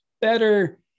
better